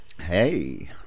hey